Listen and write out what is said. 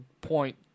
point